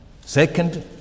Second